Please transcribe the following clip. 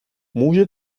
může